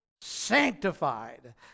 sanctified